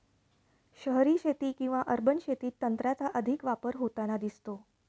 शहरी शेती किंवा अर्बन शेतीत तंत्राचा अधिक वापर होताना दिसतो